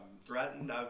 threatened